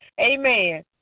Amen